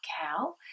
cow